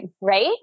right